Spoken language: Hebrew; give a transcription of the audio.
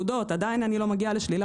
עדיין אני לא מגיע לשלילה